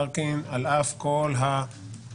זה מתחלק בהמון המון